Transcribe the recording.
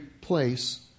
place